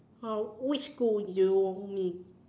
uh which school do you mean